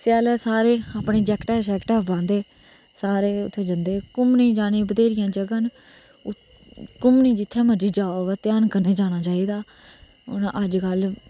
स्यालै सारे अपनी जैकटां शैक्टा पादे सारे उत्थेैजंदे घूमने जाने गी बथ्हेरियां जगहां न पर घूमने गी जित्थै मर्जी जाओ पर घ्यान कन्नै जाना चाहिदा हून अजकल